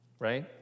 right